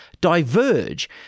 diverge